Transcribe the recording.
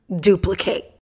duplicate